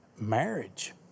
marriage